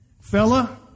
Fella